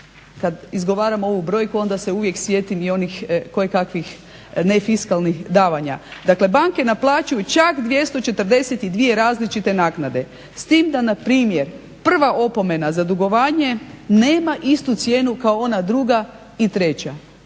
kad izgovaram ovu brojku onda se uvijek sjetim i onih kojekakvih nefiskalnih davanja, dakle banke naplaćuju čak 242 različite naknade. S tim da npr. prva opomena za dugovanje nema istu cijenu kao ona druga i treća